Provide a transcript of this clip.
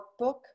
workbook